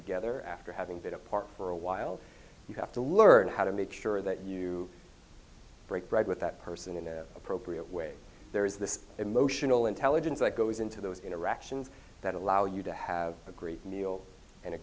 together after having been apart for a while you have to learn how to make sure that you break bread with that person in an appropriate way there is this emotional intelligence that goes into those interactions that allow you to have a great meal and a